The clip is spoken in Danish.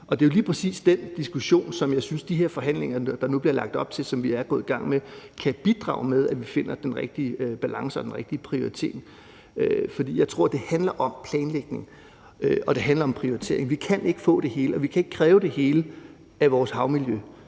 Det er jo lige præcis den diskussion, som jeg synes de her forhandlinger, der nu bliver lagt op til, og som vi er gået i gang med, kan bidrage til, så vi finder den rigtige balance og den rigtige prioritering. For jeg tror, det handler om planlægning, og det handler om prioritering. Vi kan ikke få det hele, og vi kan ikke kræve det hele af vores havarealer